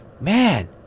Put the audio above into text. man